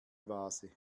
vase